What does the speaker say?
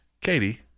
katie